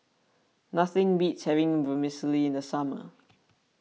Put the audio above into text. nothing beats having Vermicelli in the summer